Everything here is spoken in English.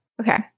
Okay